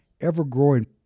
ever-growing